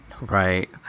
Right